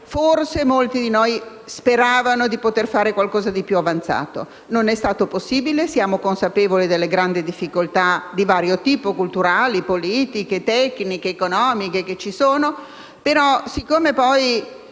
forse molti di noi speravano di poter fare qualcosa di più avanzato. Non è stato possibile; siamo consapevoli delle grandi difficoltà di vario tipo (culturali, politiche, tecniche, economiche) che ci sono, e però, siccome poi